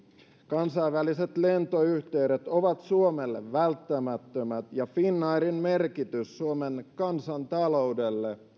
kansainväliset lentoyhteydet ovat suomelle välttämättömät ja finnairin merkitys suomen kansantaloudelle